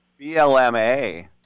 BLMA